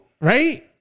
Right